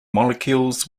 molecules